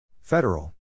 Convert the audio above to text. Federal